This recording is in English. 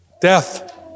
Death